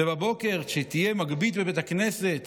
ובבוקר, כשתהיה מגבית בבית הכנסת